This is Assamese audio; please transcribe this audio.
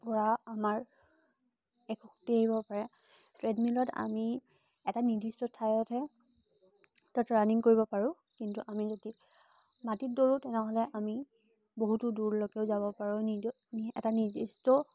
পৰা আমাৰ এক শক্তি আহিব পাৰে ট্ৰেডমিলত আমি এটা নিৰ্দিষ্ট ঠাইতহে তাত ৰাণিং কৰিব পাৰোঁ কিন্তু আমি যদি মাটিত দৌৰোঁ তেনেহ'লে আমি বহুতো দূৰলৈকে যাব পাৰোঁ নিদ নি এটা নিৰ্দিষ্ট